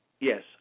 yes